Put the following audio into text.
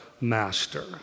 master